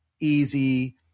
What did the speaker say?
easy